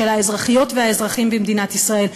של האזרחיות והאזרחים במדינת ישראל,